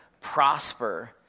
prosper